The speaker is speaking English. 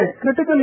critically